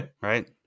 right